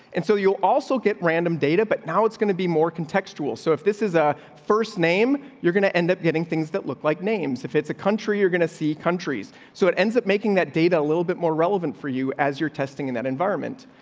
and so you'll also get random data. but now it's gonna be more contextual. so if this is ah, first name, you're gonna end up getting things that look like names. if it's a country, you're going to see countries. so it ends up making that data a little bit more relevant for you as your testing in that environment.